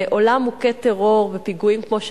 בעולם מוכה טרור ופיגועים כמו שלנו,